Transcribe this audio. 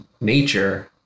nature